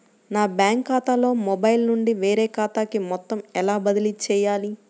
నా బ్యాంక్ ఖాతాలో మొబైల్ నుండి వేరే ఖాతాకి మొత్తం ఎలా బదిలీ చేయాలి?